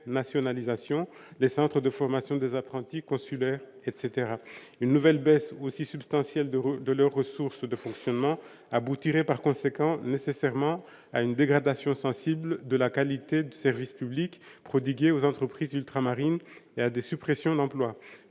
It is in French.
nationalisation, les centres de formation des apprentis consulaires, etc, une nouvelle baisse aussi substantielle de de leurs ressources de fonctionnement aboutir et par conséquent nécessairement à une dégradation sensible de la qualité du service public prodigués aux entreprises ultramarines et à des suppressions d'emplois,